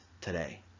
today